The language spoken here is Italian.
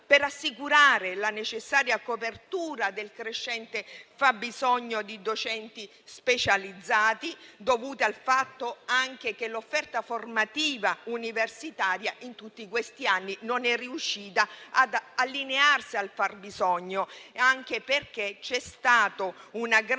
per assicurare la necessaria copertura del crescente fabbisogno di docenti specializzati. E ciò è dovuto anche al fatto che l'offerta formativa universitaria in tutti questi anni non è riuscita ad allinearsi al fabbisogno, anche perché c'è stata una grande